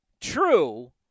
True